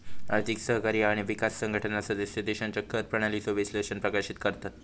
आर्थिक सहकार्य आणि विकास संघटना सदस्य देशांच्या कर प्रणालीचो विश्लेषण प्रकाशित करतत